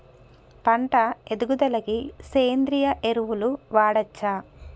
పంట ఎదుగుదలకి సేంద్రీయ ఎరువులు వాడచ్చా?